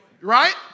Right